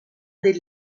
del